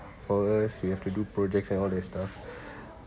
for us we have to do projects and all that stuff